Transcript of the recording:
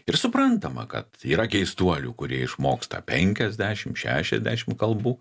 ir suprantama kad yra keistuolių kurie išmoksta penkiasdešim šešiasdešim kalbų